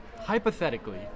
hypothetically